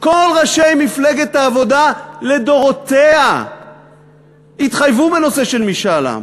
כל ראשי מפלגת העבודה לדורותיה התחייבו בנושא של משאל עם,